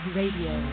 radio